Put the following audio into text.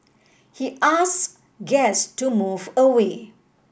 he asked guests to move away